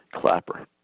Clapper